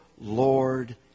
Lord